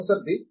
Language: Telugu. professor B